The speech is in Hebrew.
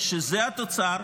שזה התוצר,